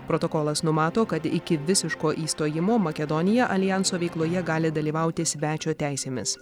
protokolas numato kad iki visiško įstojimo makedonija aljanso veikloje gali dalyvauti svečio teisėmis